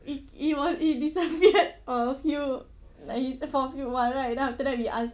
he he was he disappeared a few like he for a few months right then after that we ask